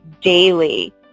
daily